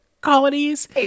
colonies